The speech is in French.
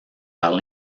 par